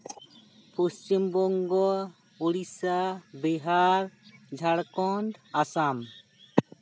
Paschim Banga Orissa Bihar Jharkhand Assam